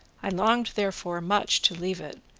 i longed therefore much to leave it,